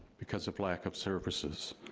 because of lack of services,